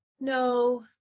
No